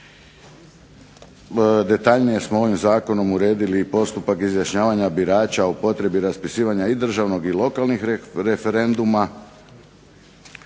Detaljnije smo ovim zakonom uredili i postupak izjašnjavanja birača o potrebi raspisivanja i državnog i lokalnih referenduma.